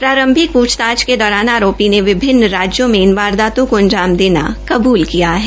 प्रारंभिक पूछताछ के दौरान आरोपी ने विभिन्न राज्यों में इन वारदातों को अंजाम देना कबूल किया है